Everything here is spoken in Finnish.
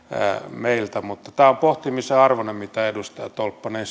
meiltä mutta tämä on pohtimisen arvoinen mitä edustaja tolppanen